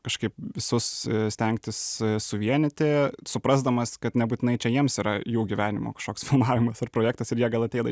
kažkaip visus stengtis suvienyti suprasdamas kad nebūtinai čia jiems yra jų gyvenimo kažkoks filmavimas ar projektas ir jie gal ateina